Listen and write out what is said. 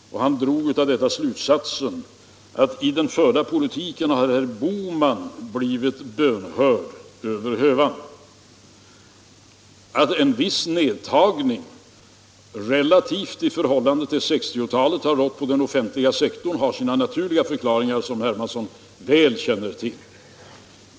Han drog av siffermaterialet slutsatsen att herr Bohman i den förda politiken har blivit bönhörd över hövan. Att en viss relativ nedtagning, i förhållande till 1960-talet, har rått på den offentliga sektorn har sina naturliga förklaringar, som herr Hermansson väl känner till.